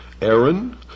Aaron